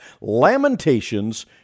Lamentations